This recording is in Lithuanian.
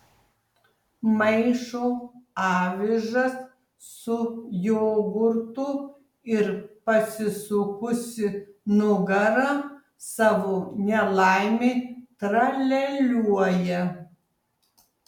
maišo avižas su jogurtu ir pasisukusi nugara savo nelaimei tralialiuoja